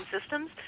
systems